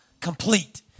Complete